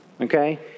Okay